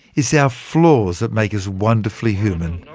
it's our flaws that make us wonderfully human,